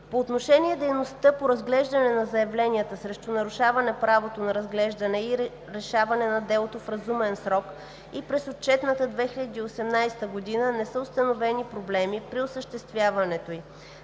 По отношение дейността по разглеждане на заявленията срещу нарушаване правото на разглеждане и решаване на делото в разумен срок и през отчетната 2018 г. не са установени проблеми при осъществяването ѝ.